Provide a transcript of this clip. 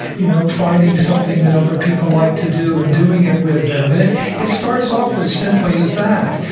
you know finding something that other people like to do and doing it with them and it it starts off as simply as that,